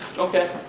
okay,